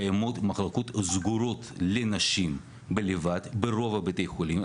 קיימות מחלקות סגורות לנשים בלבד ברוב בתי החולים.